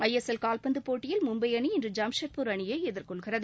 ISL கால்பந்து போட்டியில் மும்பை அணி இன்று ஜாம்ஷெட்பூர் அணியை எதிர்கொள்கிறது